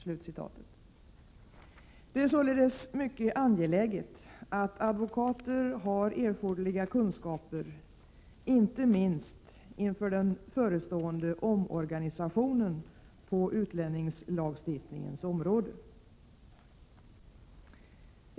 Det är således mycket angeläget att advokater har erforderliga kunskaper, inte minst inför den förestående omorganisationen på utlänningslagstiftningens område.